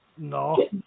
No